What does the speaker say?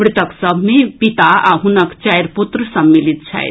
मृतक सभ मे पिता आ हुनक चारि पुत्र सम्मिलित छथि